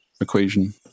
equation